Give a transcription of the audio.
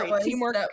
teamwork